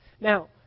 Now